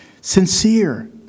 Sincere